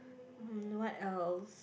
hmm what else